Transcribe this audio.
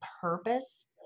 purpose